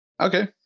okay